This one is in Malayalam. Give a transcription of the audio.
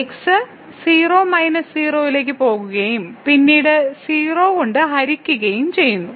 0 മൈനസ് 0 ലേക്ക് പോകുകയും പിന്നീട് 0 കൊണ്ട് ഹരിക്കുകയും ചെയ്യുന്നു